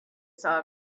saw